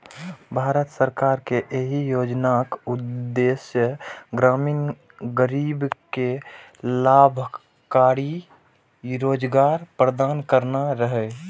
भारत सरकार के एहि योजनाक उद्देश्य ग्रामीण गरीब कें लाभकारी रोजगार प्रदान करना रहै